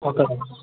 okay doctor